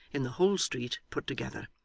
in the whole street put together.